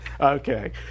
Okay